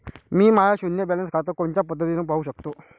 मी माय शुन्य बॅलन्स खातं कोनच्या पद्धतीनं पाहू शकतो?